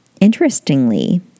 Interestingly